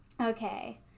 Okay